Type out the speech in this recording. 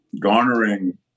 garnering